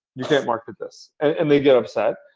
you can't market this. and they get upset.